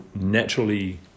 naturally